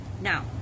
now